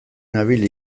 nabil